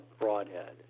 broadhead